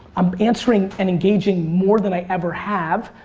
i'm answering and engaging more than i ever have.